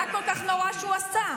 מה כל כך נורא שהוא עשה?